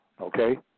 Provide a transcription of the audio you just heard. Okay